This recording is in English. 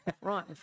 Right